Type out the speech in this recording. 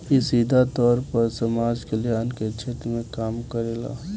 इ सीधा तौर पर समाज कल्याण के क्षेत्र में काम करेला